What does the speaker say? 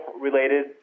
related